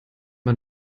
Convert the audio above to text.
man